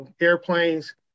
airplanes